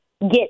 get